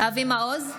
אבי מעוז,